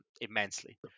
immensely